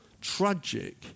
tragic